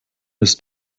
ist